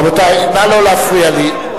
רבותי, נא לא להפריע לי.